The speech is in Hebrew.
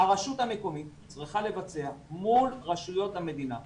המקומית צריכה לבצע מול רשויות המדינה,